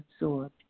absorbed